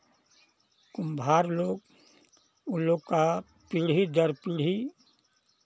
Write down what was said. कुम्हार लोग वो लोग का पीढ़ी दर पीढ़ी